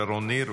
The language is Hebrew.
שרון ניר,